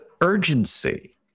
urgency